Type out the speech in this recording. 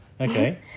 Okay